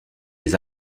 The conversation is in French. les